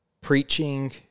preaching